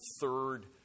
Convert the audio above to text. third